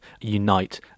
Unite